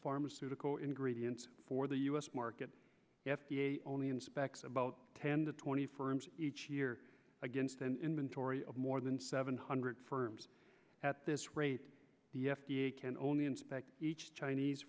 pharmaceutical ingredients for the u s market f d a only inspects about ten to twenty firms each year against an inventory of more than seven hundred firms at this rate the f d a can only inspect each chinese